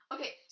Okay